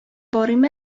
барыйм